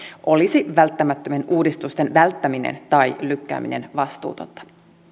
olisi välttämättömien uudistusten välttäminen tai lykkääminen vastuutonta